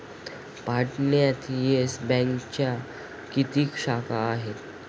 पाटण्यात येस बँकेच्या किती शाखा आहेत?